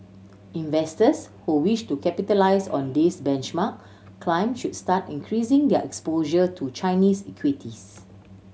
investors who wish to capitalise on this benchmark climb should start increasing their exposure to Chinese equities